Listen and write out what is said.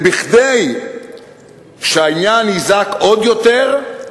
כדי שהעניין יזעק עוד יותר,